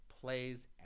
plays